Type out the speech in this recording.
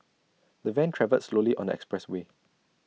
the van travelled slowly on the expressway